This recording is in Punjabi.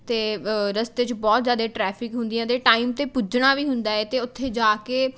ਅਤੇ ਰਸਤੇ 'ਚ ਬਹੁਤ ਜ਼ਿਆਦਾ ਟ੍ਰੈਫਿਕ ਹੁੰਦੀ ਆ ਅਤੇ ਟਾਈਮ 'ਤੇ ਪੁੱਜਣਾ ਵੀ ਹੁੰਦਾ ਹੈ ਅਤੇ ਉੱਥੇ ਜਾ ਕੇ